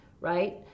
right